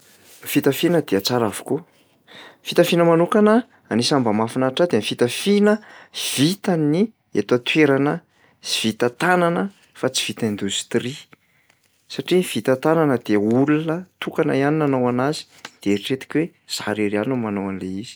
Ny fitafiana dia tsara avokoa. Fitafina manokana anisan'ny mba mahafinaritra ahy de ny fitafiana vitan'ny eto an-toerana sy vita tànana fa tsy vita indostria satria ny vita tanana dia olona tokana ihany no nanao anazy de eritreretiko hoe izaho irery ihany no manao an'lay izy.